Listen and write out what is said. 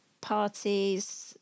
parties